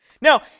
Now